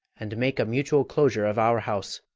and make a mutual closure of our house.